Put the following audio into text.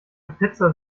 pizza